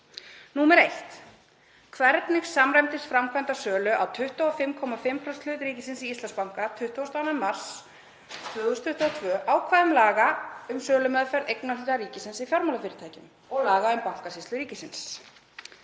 forseta: „1. Hvernig samræmdist framkvæmd sölu á 22,5% hlut ríkisins í Íslandsbanka 22. mars 2022 ákvæðum laga um sölumeðferð eignarhluta ríkisins í fjármálafyrirtækjum, og laga um Bankasýslu ríkisins?